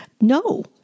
No